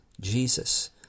Jesus